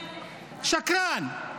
שקרן.